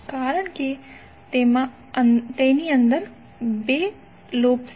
કારણ કે તેમાં અંદર 2 લૂપ્સ હોય છે